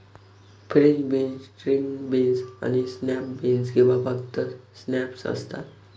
French beans, string beans आणि snap beans किंवा फक्त स्नॅप्स असतात